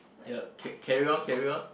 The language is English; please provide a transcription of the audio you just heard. ya ca~ carry on carry on